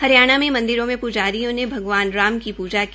हरियाणा में मंदिरों में प्जारियों ने भगवान राम की पूजा की